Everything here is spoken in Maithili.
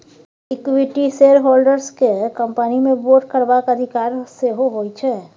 इक्विटी शेयरहोल्डर्स केँ कंपनी मे वोट करबाक अधिकार सेहो होइ छै